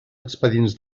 expedients